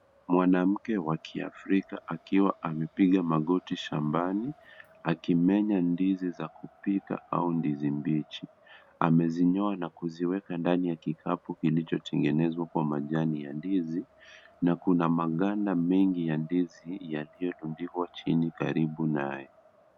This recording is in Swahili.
Mwanamke wa kiafrika akiwa amepiga magoti shambani akimenya ndizi za kupika au ndizi mbichi. Amezinyoa na kuziweka ndani ya kikapu kilichotengenezwa kwa majani ya ndizi na kuna maganda mengi ya ndizi yaliyorundikwa chini karibu naye.